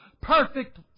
perfect